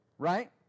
right